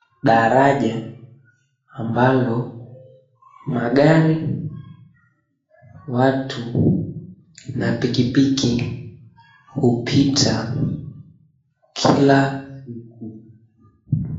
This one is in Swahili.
Daraja ambalo magari, watu na pikipiki hupita kila siku.